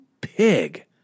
pig